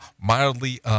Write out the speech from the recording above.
mildly